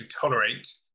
tolerate